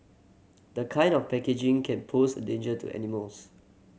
the kind of packaging can pose a danger to animals